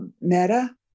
meta